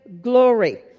glory